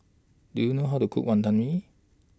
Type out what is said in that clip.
Do YOU know How to Cook Wantan Mee